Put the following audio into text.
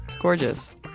gorgeous